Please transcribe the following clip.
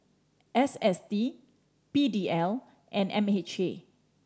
S S T P D L and M H A